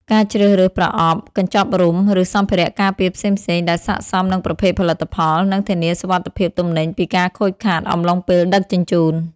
ការជ្រើសរើសប្រអប់ កញ្ចប់រុំ ឬសម្ភារៈការពារផ្សេងៗដែលស័ក្តិសមនឹងប្រភេទផលិតផល និងធានាសុវត្ថិភាពទំនិញពីការខូចខាតអំឡុងពេលដឹកជញ្ជូន។